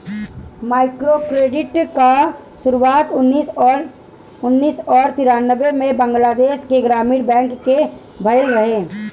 microcredit कअ शुरुआत उन्नीस और तिरानबे में बंगलादेश के ग्रामीण बैंक से भयल रहे